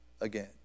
again